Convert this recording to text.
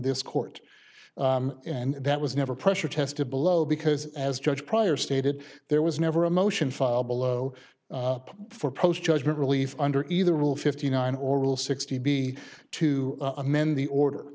this court and that was never pressure tested below because as judge pryor stated there was never a motion filed below for post judgment relief under either rule fifty nine or rule sixty b to amend the order